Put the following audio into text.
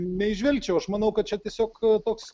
neįžvelgčiau aš manau kad čia tiesiog toks